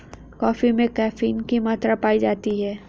coffee में caffeine की मात्रा पाई जाती है